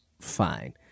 Fine